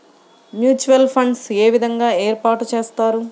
Mutual funds ఏ విధంగా ఏర్పాటు చేస్తారు?